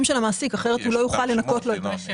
של המעסיק כי אחרת הוא לא יוכל לנכות לו את זה.